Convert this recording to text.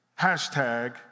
Hashtag